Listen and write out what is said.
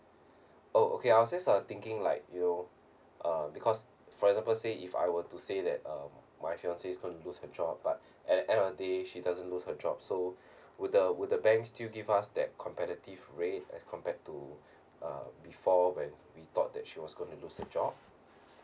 oh okay I'll says a thinking like you uh because for example say if I were to say that um my fiance is gonna lose her job but at the end of the day she doesn't lose her job so would the would the bank still gives us that competitive rate as compared to uh before when we thought that she was gonna lose her job